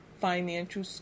financial